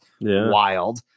wild